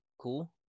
cool